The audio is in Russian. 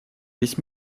весь